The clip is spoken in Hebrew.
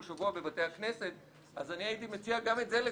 שבוע בבתי הכנסת אז אני הייתי מציע גם את זה לצנזר.